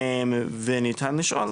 וניתן לשאול,